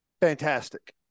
fantastic